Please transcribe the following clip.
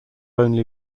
only